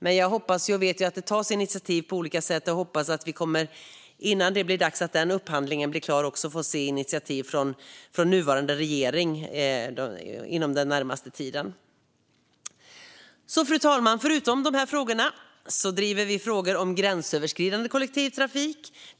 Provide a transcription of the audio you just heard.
Men jag hoppas och vet att det tas initiativ på olika sätt, och jag hoppas att vi innan denna upphandling blir klar också får se initiativ från den nuvarande regeringen inom den närmaste tiden. Fru talman! Förutom dessa frågor driver vi frågor om gränsöverskridande kollektivtrafik.